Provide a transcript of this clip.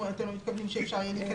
אם אתם לא מתכוונים שאפשר יהיה להיכנס.